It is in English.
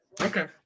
Okay